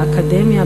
באקדמיה,